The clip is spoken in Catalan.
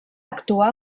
actuar